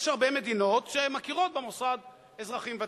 יש הרבה מדינות שמכירות במוסד אזרחים ותיקים: